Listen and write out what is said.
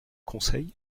conseil